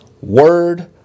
word